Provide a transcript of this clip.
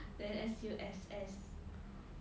then S_U_S_S